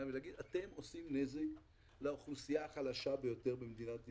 ולומר להם: אתם עושים נזק לאוכלוסייה החלשה ביותר במדינת ישראל.